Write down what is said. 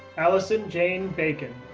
allyson jane bakan,